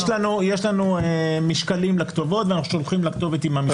יש לנו משקלים לכתובות ואנחנו שולחים לכתובת עם המשקל.